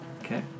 Okay